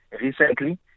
recently